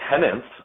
tenants